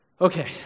Okay